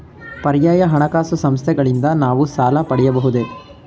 ಪರ್ಯಾಯ ಹಣಕಾಸು ಸಂಸ್ಥೆಗಳಿಂದ ನಾವು ಸಾಲ ಪಡೆಯಬಹುದೇ?